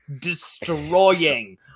destroying